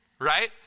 Right